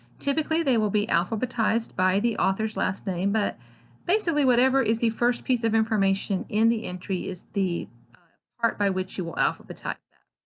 typically they will be alphabetized by the author's last name, but basically whatever is the first piece of information in the entry is the part by which you will alphabetize them.